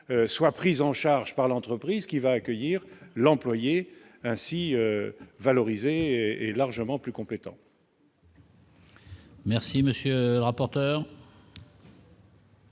soient prises en charge par l'entreprise qui va accueillir l'employé ainsi valorisé et largement plus compétent. Merci, monsieur le rapporteur.